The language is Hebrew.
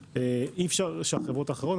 אי אפשר שזה יהיה חברות אחרות.